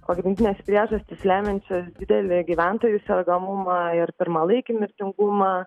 pagrindinės priežastys lemiančios didelį gyventojų sergamumą ir pirmalaikį mirtingumą